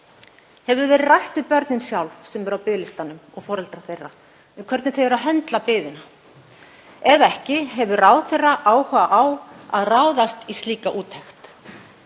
Hefur verið rætt við börnin sjálf sem eru á biðlistunum og foreldra þeirra um hvernig þau eru að höndla biðina? Ef ekki, hefur ráðherra áhuga á að ráðast í slíka úttekt?